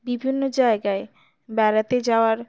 বিভিন্ন জায়গায় বেড়াতে যাওয়ার